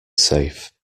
safe